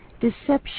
deception